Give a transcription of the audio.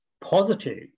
positive